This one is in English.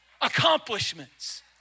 Accomplishments